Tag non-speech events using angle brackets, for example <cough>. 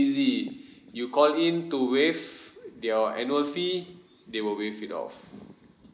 easy <breath> you call in to waive your annual fee they will waive it off